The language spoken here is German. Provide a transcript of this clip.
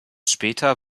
später